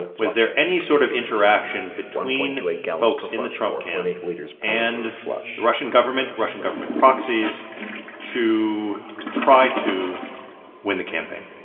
was there any sort of interaction between folks in the trump camp and the russian government, russian government proxies to try to win the campaign?